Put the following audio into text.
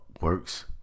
works